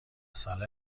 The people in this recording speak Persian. ساله